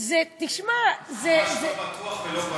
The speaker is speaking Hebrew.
לחיות זה ממש ממש לא בטוח ולא בריא.